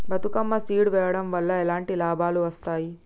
Bathukamma seed వెయ్యడం వల్ల ఎలాంటి లాభాలు వస్తాయి?